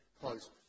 close